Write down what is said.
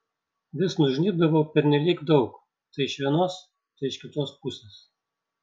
vis nužnybdavau pernelyg daug tai iš vienos tai iš kitos pusės